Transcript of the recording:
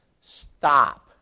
Stop